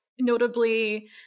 notably